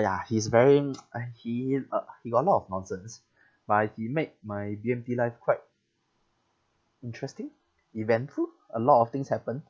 ya his varying uh he uh he got a lot of nonsense but he make my B_M_T life quite interesting eventful a lot of things happened